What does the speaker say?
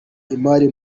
imari